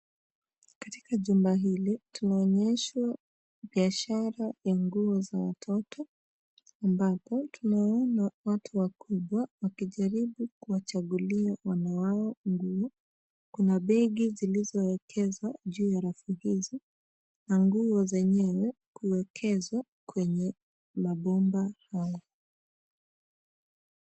Katika jumba hili, tunaonyeshwa biashara ya nguo za watoto, ambapo tunawaona watu wakubwa, wakijaribu kuwachagulia wana wao nguo. Kuna begi zilizoekezwa juu ya rafu hizo, na nguo zenyewe kuwekeza kwenye mabomba haya.